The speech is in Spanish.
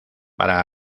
para